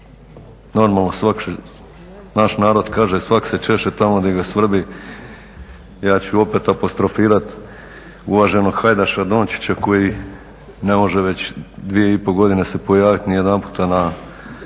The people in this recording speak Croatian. Normalno naš narod kaže svak se češe tamo gdje ga svrbi. Ja ću opet apostrofirati uvaženog Hajdaša Dončića koji ne može već dvije i pol godine se pojavit ni jedan puta na